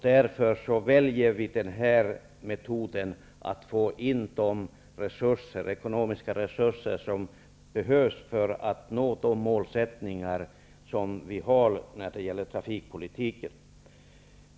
Därför väljer vi den här metoden för att få in de ekonomiska resurser som behövs för att nå de mål som vi har i trafikpolitiken.